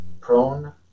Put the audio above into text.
prone